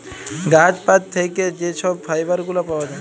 গাহাচ পাত থ্যাইকে যে ছব ফাইবার গুলা পাউয়া যায়